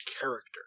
character